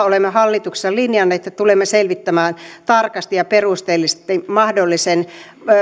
olemme hallituksessa linjanneet että tulemme selvittämään tarkasti ja perusteellisesti mahdollisen